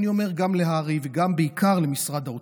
אני אומר להר"י, ובעיקר למשרד האוצר: